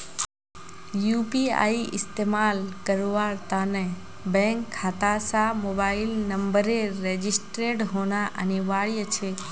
UPI इस्तमाल करवार त न बैंक खाता स मोबाइल नंबरेर रजिस्टर्ड होना अनिवार्य छेक